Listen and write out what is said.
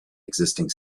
existing